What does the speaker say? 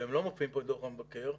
והם לא מופיעים בדוח המבקר,